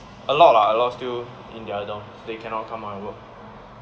a lot lah a lot still in their dorms they cannot come out and work